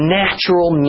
natural